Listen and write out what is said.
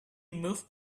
moved